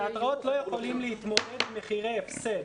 התיאטראות העצמאיים לא יכולים להתמודד עם מחירי הפסד,